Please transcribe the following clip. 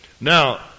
Now